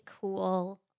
cool